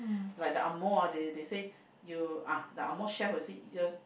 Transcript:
like the angmoh ah they they say you ah the angmoh chef will say just